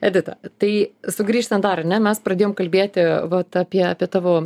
edita tai sugrįžtant dar ar ne mes pradėjom kalbėti vat apie apie tavo